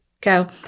go